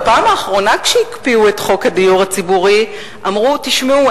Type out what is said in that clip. בפעם האחרונה שהקפיאו את חוק הדיור הציבורי אמרו: תשמעו,